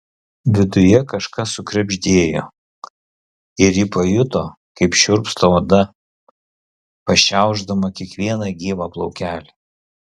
viduje kažkas sukrebždėjo ir ji pajuto kaip šiurpsta oda pašiaušdama kiekvieną gyvą plaukelį